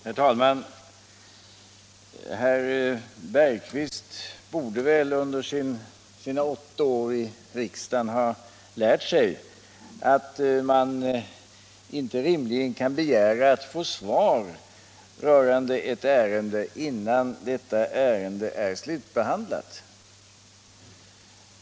Herr talman! Herr Jan Bergqvist borde väl under sina åtta år i riksdagen ha hunnit lära sig att man inte rimligen kan begära att få svar på en fråga i ett ärende innan detta ärende är slutbehandlat.